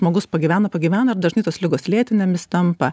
žmogus pagyvena pagyvena dažnai tos ligos lėtinėmis tampa